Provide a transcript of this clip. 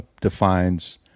defines